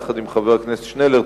יחד עם חבר הכנסת שנלר,